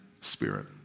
spirit